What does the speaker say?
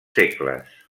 segles